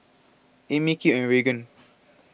Amey Kip and Reagan